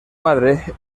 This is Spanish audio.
madre